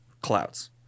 clouds